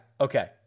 okay